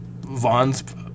Vaughn's